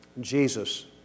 Jesus